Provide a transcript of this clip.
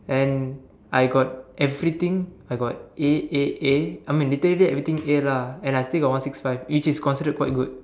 and I got everything I got A A A I mean literally everything A lah and I got one six five which is considered quite good